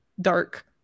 dark